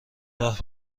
راه